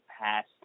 past